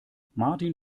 martin